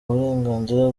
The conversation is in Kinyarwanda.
uburenganzira